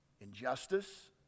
injustice